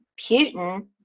Putin